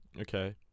Okay